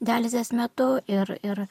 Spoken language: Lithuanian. dializės metu ir ir